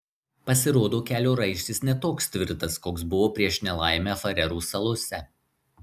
pasirodo kelio raištis ne toks tvirtas koks buvo prieš nelaimę farerų salose